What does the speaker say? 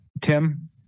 Tim